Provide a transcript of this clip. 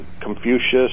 Confucius